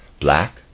Black